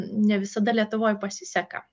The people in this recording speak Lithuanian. ne visada lietuvoj pasiseka